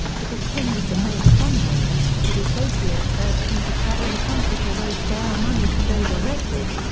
because king was the major fundraiser, his associates urged him to travel the country to raise bail money for those arrested.